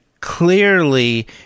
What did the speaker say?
clearly